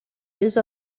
use